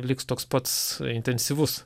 liks toks pats intensyvus